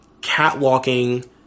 catwalking